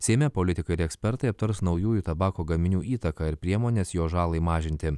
seime politikai ir ekspertai aptars naujųjų tabako gaminių įtaką ir priemones jo žalai mažinti